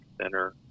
center